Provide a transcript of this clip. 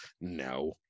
No